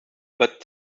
but